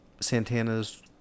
Santana's